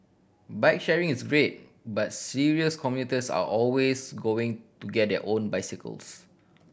bike sharing is great but serious commuters are always going to get their own bicycles